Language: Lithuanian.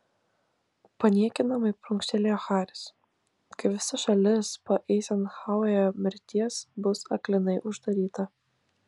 paniekinamai prunkštelėjo haris kai visa šalis po eizenhauerio mirties bus aklinai uždaryta